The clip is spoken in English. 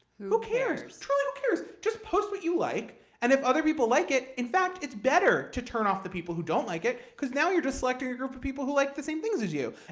who cares? truly, who cares? just post what you like, and if other people like it in fact, it's better to turn off the people who don't like it because now you're just selecting a group of people who like the same things as you.